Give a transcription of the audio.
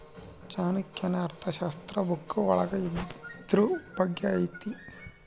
ಚಾಣಕ್ಯನ ಅರ್ಥಶಾಸ್ತ್ರ ಬುಕ್ಕ ಒಳಗ ಇದ್ರೂ ಬಗ್ಗೆ ಐತಿ